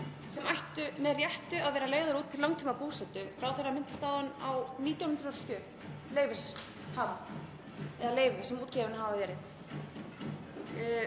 sem ættu með réttu að vera leigðar út til langtímabúsetu. Ráðherra minntist áðan á 1.907 leyfishafa eða leyfi sem útgefin hafi verið.